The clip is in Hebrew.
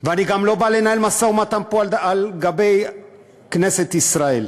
ואני גם לא בא לנהל משא-ומתן פה על גב כנסת ישראל.